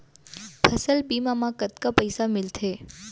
फसल बीमा म कतका पइसा मिलथे?